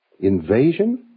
Invasion